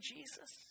Jesus